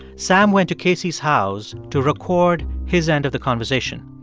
sam went to casey's house to record his end of the conversation.